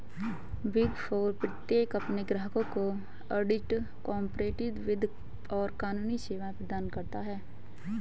big four प्रत्येक अपने ग्राहकों को ऑडिट, कॉर्पोरेट वित्त और कानूनी सेवाएं प्रदान करता है